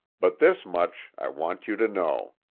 but this much i want you to know.